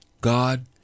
God